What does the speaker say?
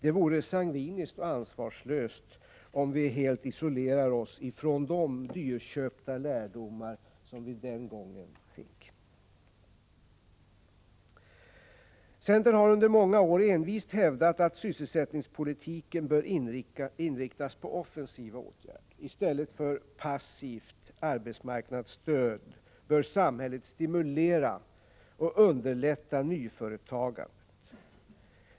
Det vore sangviniskt och ansvarslöst om vi helt isolerade oss från de dyrköpta lärdomar som vi den gången fick. Centern har under många år envist hävdat att sysselsättningspolitiken bör inriktas på offensiva åtgärder. I stället för att ge ett passivt arbetsmarknadsstöd bör samhället stimulera och underlätta nyföretagandet.